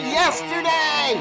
yesterday